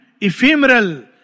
ephemeral